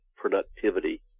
productivity